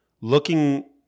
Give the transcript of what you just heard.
looking